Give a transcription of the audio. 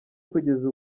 kugeza